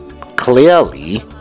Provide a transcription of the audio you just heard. clearly